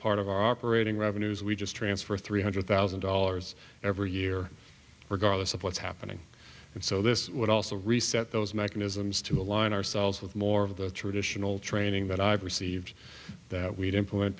part of our operating revenues we just transfer three hundred thousand dollars every year regardless of what's happening and so this would also reset those mechanisms to align ourselves with more of the traditional training that i've received that we'd implement